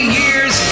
years